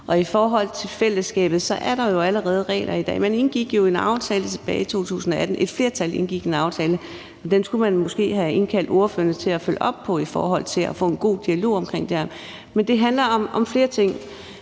Og i forhold til fællesskabet er der jo allerede regler i dag. Et flertal indgik en aftale tilbage i 2018, men den skulle man måske have indkaldt ordførerne til at følge op på i forhold til at få en god dialog om omkring det her. Det handler om flere ting.